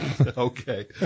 Okay